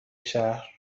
شهر